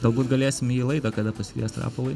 galbūt galėsim jį į laidą kada pasikviest rapolai